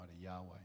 Yahweh